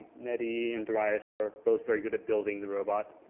nettie and dorius are both very good at building the robot.